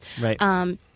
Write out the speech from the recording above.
Right